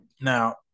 Now